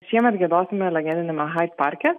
šiemet giedosime legendiniame haid parke